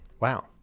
Wow